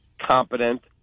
competent